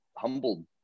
humbled